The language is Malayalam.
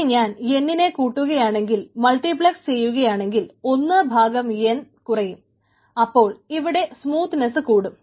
ഇനി ഞാൻ n നെ കൂട്ടുകയാണെങ്കിൽ മൾട്ടിപ്ലക്സ് ചെയ്യുകയാണെങ്കിൽ 1n കുറയും അപ്പോൾ ഇവിടെ സ്മൂത്ത്നെസ്സ്കൂടും